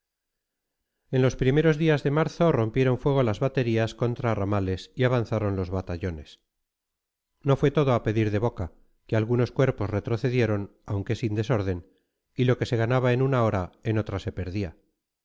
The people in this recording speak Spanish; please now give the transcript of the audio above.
en los primeros días de marzo rompieron fuego las baterías contra ramales y avanzaron los batallones no fue todo a pedir de boca que algunos cuerpos retrocedieron aunque sin desorden y lo que se ganaba en una hora en otra se perdía